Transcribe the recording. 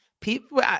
People